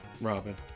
Robin